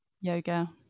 Yoga